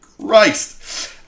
Christ